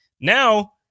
Now